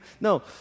No